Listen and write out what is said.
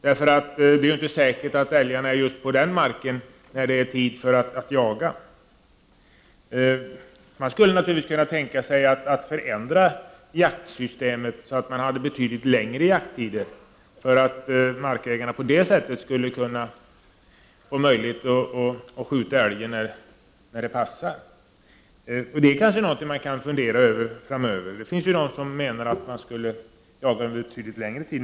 Det är ju inte säkert att älgarna befinner sig just på deras marker när det är dags att jaga. Man skulle naturligtvis kunna tänka sig att förändra jaktsystemet, så att det blev betydligt längre jakttider och så att markägarna på det sättet skulle få möjligheter att skjuta älgen när det passar dem. Det är någonting som man kan fundera över. Det finns de som anser att man borde få jaga under betydligt längre tid.